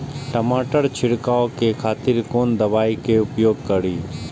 टमाटर छीरकाउ के खातिर कोन दवाई के उपयोग करी?